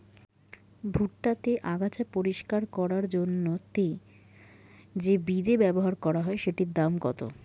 ভুট্টা তে আগাছা পরিষ্কার করার জন্য তে যে বিদে ব্যবহার করা হয় সেটির দাম কত?